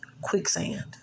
quicksand